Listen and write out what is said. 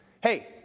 hey